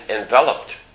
enveloped